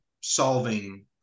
solving